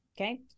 Okay